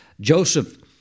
Joseph